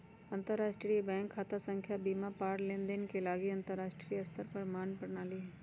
अंतरराष्ट्रीय बैंक खता संख्या सीमा पार लेनदेन के लागी अंतरराष्ट्रीय स्तर पर मान्य प्रणाली हइ